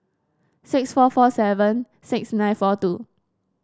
six four four seven six nine four two